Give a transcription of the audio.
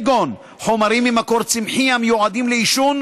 כגון חומרים ממקור צמחי המיועדים לעישון,